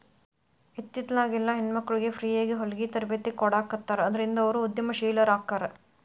ಇತ್ತಿತ್ಲಾಗೆಲ್ಲಾ ಹೆಣ್ಮಕ್ಳಿಗೆ ಫ್ರೇಯಾಗಿ ಹೊಲ್ಗಿ ತರ್ಬೇತಿ ಕೊಡಾಖತ್ತಾರ ಅದ್ರಿಂದ ಅವ್ರು ಉದಂಶೇಲರಾಕ್ಕಾರ